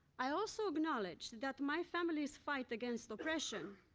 i also acknowledged that my family's fight against oppression,